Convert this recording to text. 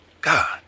God